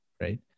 Right